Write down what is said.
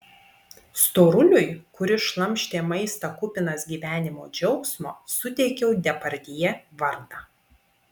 storuliui kuris šlamštė maistą kupinas gyvenimo džiaugsmo suteikiau depardjė vardą